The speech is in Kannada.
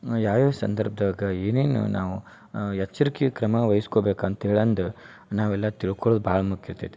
ಯಾವ್ಯಾವ ಸಂದರ್ಭ್ದೊಳಗ ಏನೇನು ನಾವು ಎಚ್ಚರಿಕೆ ಕ್ರಮ ವೈಸ್ಕೊಬೇಕು ಅಂತ್ಹೇಳಿ ಅಂದು ನಾವೆಲ್ಲ ತಿಳ್ಕೊಳುದು ಭಾಳ ಮುಖ್ಯ ಇರ್ತೈತಿ